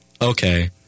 Okay